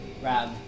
grab